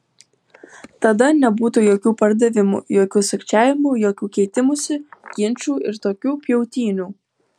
tada nebūtų jokių pardavimų jokių sukčiavimų jokių keitimųsi ginčų ir tokių pjautynių